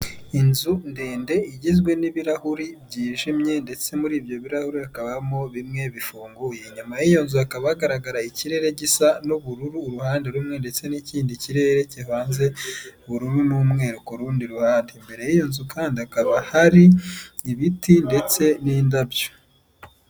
Inzu ndende igizwe n'ibirahuri byijimye ndetse muri ibyo birahuri hakabamo bimwe bifunguye inyuma y'iyo nzu hakaba hagaragara ikirere gisa n'ubururu uruhande rumwe ndetse n'ikindi kirere kivanze ubururu n'umweru ku rundi ruhande imbere y'iyo nzu kandi hakaba hari ibiti ndetse n'indabyo.